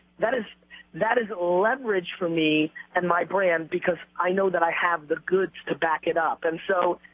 that is that is leverage for me and my brand because i know that i have the goods to back it up. and so